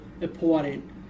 important